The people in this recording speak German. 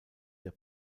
der